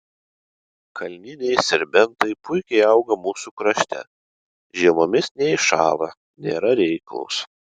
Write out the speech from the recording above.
kalniniai serbentai puikiai auga mūsų krašte žiemomis neiššąla nėra reiklūs